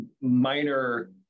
minor